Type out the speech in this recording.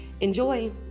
Enjoy